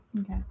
Okay